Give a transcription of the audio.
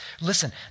listen